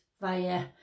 via